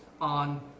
on